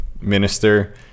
minister